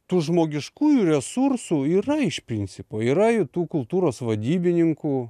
tų žmogiškųjų resursų yra iš principo yra ir tų kultūros vadybininkų